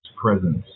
presence